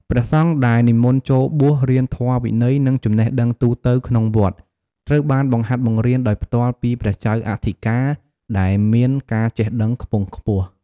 ព្រះសង្ឃដែលនិមន្តចូលបួសរៀនធម៌វិន័យ និងចំណេះដឹងទូទៅក្នុងវត្ត ត្រូវបានបង្ហាត់បង្រៀនដោយផ្ទាល់ពីព្រះចៅអធិការ ដែលមានការចេះដឹងខ្ពង់ខ្ពស់។